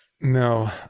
No